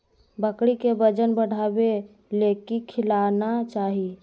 बकरी के वजन बढ़ावे ले की खिलाना चाही?